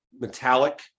metallic